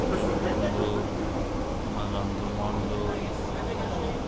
Chhoton Mandal Umakanta Mondal